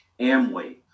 Amway